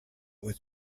with